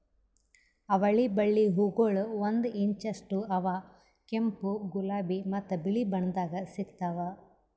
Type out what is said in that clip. ಅವಳಿ ಬಳ್ಳಿ ಹೂಗೊಳ್ ಒಂದು ಇಂಚ್ ಅಷ್ಟು ಅವಾ ಕೆಂಪು, ಗುಲಾಬಿ ಮತ್ತ ಬಿಳಿ ಬಣ್ಣದಾಗ್ ಸಿಗ್ತಾವ್